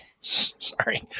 Sorry